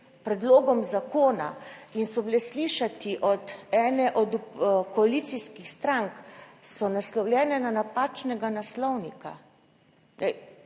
predlogom zakona in so bile slišati od ene od koalicijskih strank so naslovljene na napačnega naslovnika.